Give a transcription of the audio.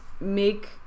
make